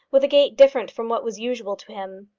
with a gait different from what was usual to him.